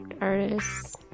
artists